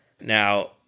Now